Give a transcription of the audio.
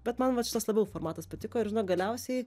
bet man vat šitas labiau formatas patiko ir žinok galiausiai